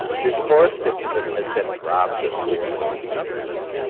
this poor simpleton has been robbed of four gold pieces.